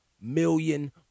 million